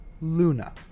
Luna